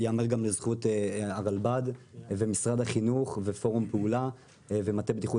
ייאמר גם לזכות הרלב"ד ומשרד החינוך ופורום פעולה ומטה בטיחות